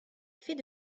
effets